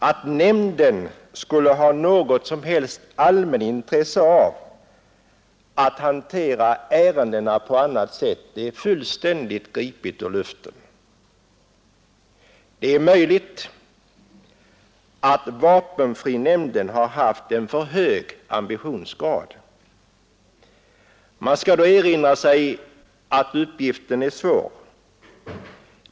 Att nämnden skulle ha något som helst intresse av att hantera ärendena på annat sätt är fullständigt gripet ur luften. Det är möjligt att vapenfrinämnden har haft en för hög ambitionsgrad. Man skall då erinra sig att uppgiften är svår.